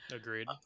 Agreed